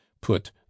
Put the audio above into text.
put